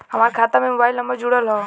हमार खाता में मोबाइल नम्बर जुड़ल हो?